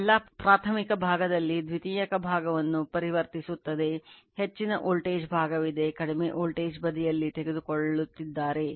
ಎಲ್ಲಾ ಪ್ರಾಥಮಿಕ ಭಾಗದಲ್ಲಿ ದ್ವಿತೀಯಕ ಭಾಗವನ್ನು ಪರಿವರ್ತಿಸುತ್ತದೆ ಹೆಚ್ಚಿನ ವೋಲ್ಟೇಜ್ ಭಾಗವಿದೆ ಕಡಿಮೆ ವೋಲ್ಟೇಜ್ ಬದಿಯನ್ನು ತೆಗೆದುಕೊಳ್ಳುತ್ತಿದ್ದಾರೆ